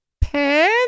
Pen